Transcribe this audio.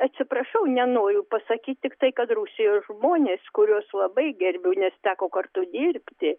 atsiprašau nenoriu pasakyt tiktai kad rusijos žmonės kuriuos labai gerbiu nes teko kartu dirbti